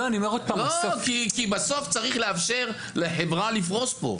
בסוף צריך לאפשר לחברה לפרוס פה.